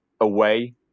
away